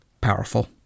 Powerful